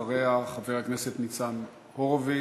אחריה, חבר הכנסת ניצן הורוביץ,